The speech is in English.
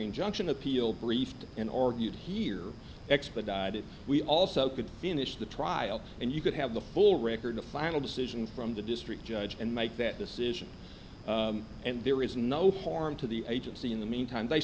injunction appeal briefed and argued here expedited we also could finish the trial and you could have the full record the final decision from the district judge and make that decision and there is no harm to the agency in the meantime they